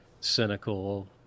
cynical